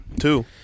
two